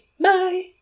Bye